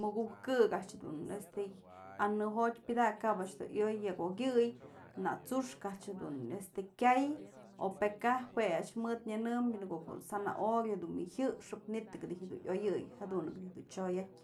mukuj kë este an në jotyë pyëdakë kap a'ax dun yoyë yëk okyëy, na t'su'uxk a'ax jedun este kyay o pë kaj jue a'ax mëd nyënëmbyë në ko'okë zanahoria dun wë jyëxëp manytëk dijyë dun yoyëy jadunëk dijyë dun t'sioyatë.